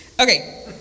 Okay